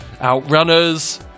Outrunners